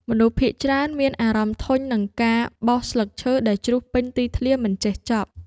មនុស្សភាគច្រើនមានអារម្មណ៍ធុញនឹងការបោសស្លឹកឈើដែលជ្រុះពេញទីធ្លាមិនចេះចប់។